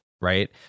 right